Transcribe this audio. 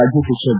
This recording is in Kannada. ರಾಜ್ಯಾಧ್ಯಕ್ಷ ಬಿ